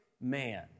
man